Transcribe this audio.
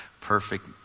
perfect